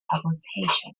publication